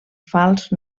fals